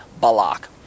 Balak